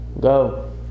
Go